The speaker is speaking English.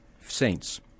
saints